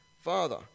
Father